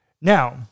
Now